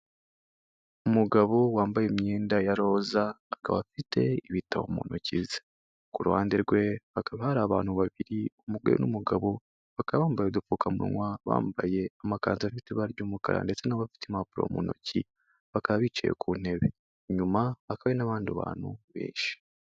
Umugabo wambaye imyenda ya roza, akaba afite ibitabo mu ntoki ze, ku ruhande rwe hakaba hari abantu babiri umugore n'umugabo, bakaba bambaye udupfukamunwa, bambaye amakanzu afite ibara ry'umukara ndetse n'abafite impapuro mu ntoki bakaba bicaye ku ntebe, inyuma habaka hari n'abandi bantu benshi.